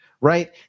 right